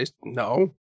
no